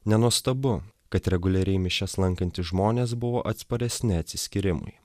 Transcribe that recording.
nenuostabu kad reguliariai mišias lankantys žmonės buvo atsparesni atsiskyrimui